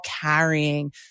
carrying